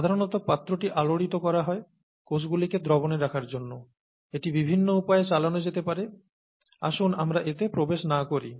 সাধারণত পাত্রটি আলোড়িত করা হয় কোষগুলিকে দ্রবণে রাখার জন্য এটি বিভিন্ন উপায়ে চালানো যেতে পারে আসুন আমরা এতে প্রবেশ না করি